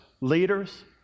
leaders